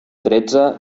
tretze